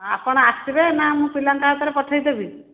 ଆପଣ ଆସିବେ ନା ମୁଁ ପିଲାଙ୍କ ହାତରେ ପଠେଇଦେବି